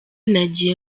nagiye